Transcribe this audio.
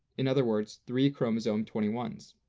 in other words, three chromosome twenty one so